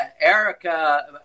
Erica